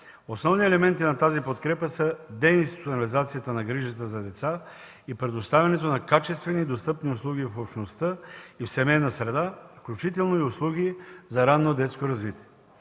Основни елементи на тази подкрепа са деинституционализацията на грижата за деца и предоставяне на качествени и достъпни услуги в общността и семейна среда, включително и услуги за ранно детско развитие.